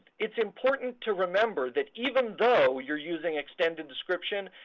it's important to remember that even though you're using extended description,